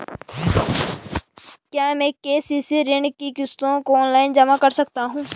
क्या मैं के.सी.सी ऋण की किश्तों को ऑनलाइन जमा कर सकता हूँ?